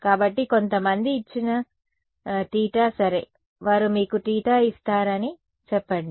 కాబట్టి కొంతమంది ఇచ్చిన తీటా సరే వారు మీకు తీటా ఇస్తారని చెప్పండి